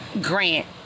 grant